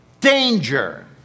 danger